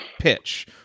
pitch